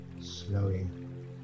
slowing